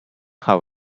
how